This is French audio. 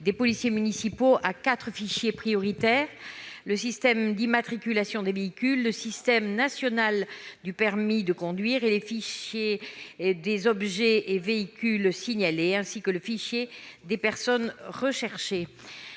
des policiers municipaux à quatre fichiers prioritaires : le système d'immatriculation des véhicules (SIV), le système national du permis de conduite (SNPC), le fichier des objets et véhicules signalés (FOVeS) et le fichier des personnes recherchées